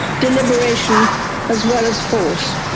deliberation as well as force.